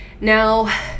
Now